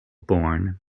born